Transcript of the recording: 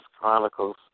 Chronicles